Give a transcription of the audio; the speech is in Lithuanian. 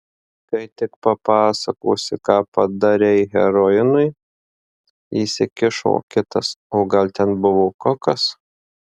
kai tik papasakosi ką padarei heroinui įsikišo kitas o gal ten buvo kokas